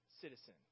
citizen